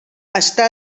està